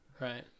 right